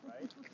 Right